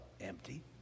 Empty